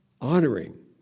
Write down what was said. honoring